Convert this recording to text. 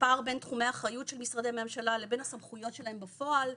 פער בין תחומי האחריות של משרדי ממשלה לבין הסמכויות שלהם בפועל,